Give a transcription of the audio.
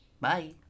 Bye